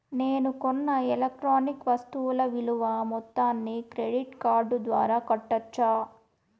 నేను కొన్న ఎలక్ట్రానిక్ వస్తువుల విలువ మొత్తాన్ని క్రెడిట్ కార్డు ద్వారా కట్టొచ్చా?